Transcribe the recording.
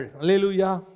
Hallelujah